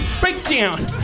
Breakdown